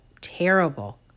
terrible